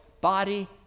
body